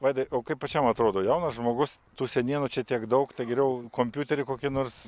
vaidai o kaip pačiam atrodo jaunas žmogus tų senienų čia tiek daug tai geriau kompiuterį kokį nors